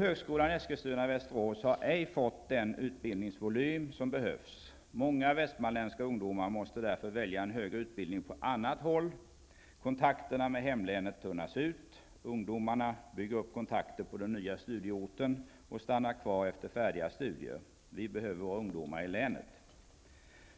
Högskolan i Eskilstuna/Västerås har ej fått den utbildningsvolym som behövs. Många västmanländska ungdomar måste därför välja en högre utbildning på annat håll. Kontakterna med hemlänet tunnas ut. Ungdomarna bygger upp kontakter på den nya studieorten och stannar kvar efter färdiga studier. Vi behöver våra ungdomar i länet.